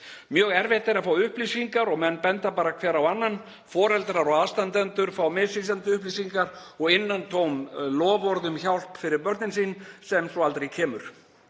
Mjög erfitt er að fá upplýsingar og menn benda hver á annan. Foreldrar og aðstandendur fá misvísandi upplýsingar og innantóm loforð um hjálp fyrir börnin sín sem aldrei kemur.